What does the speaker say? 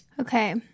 Okay